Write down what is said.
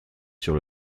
sur